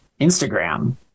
Instagram